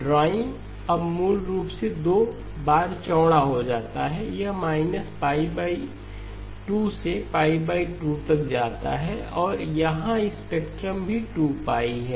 drawing अब मूल रूप से दो बार चौड़ा हो जाता है यह -π 2 से π 2 तक जाता है और यहां स्पेक्ट्रम भी 2 है